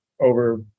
over